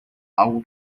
algo